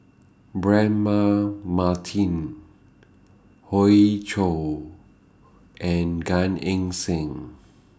Braema Mathi Hoey Choo and Gan Eng Seng